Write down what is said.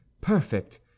perfect